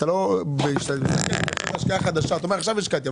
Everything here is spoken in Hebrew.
אתה אומר עכשיו השקעתי,